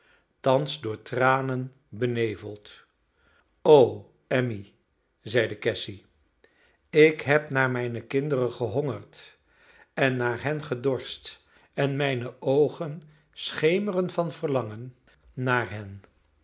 thans door tranen beneveld o emmy zeide cassy ik heb naar mijne kinderen gehongerd en naar hen gedorst en mijne oogen schemeren van verlangen naar hen